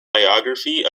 biography